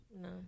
No